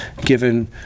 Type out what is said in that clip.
given